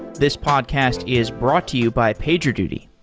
this podcast is brought to you by pagerduty.